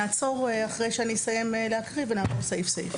נעצור אחרי שאסיים להקריא ונעבור סעיף-סעיף.